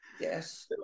Yes